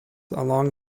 along